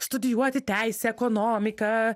studijuoti teisę ekonomiką